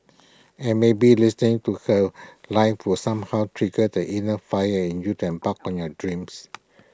and maybe listening to her live will somehow trigger the inner fire in you to embark on your dreams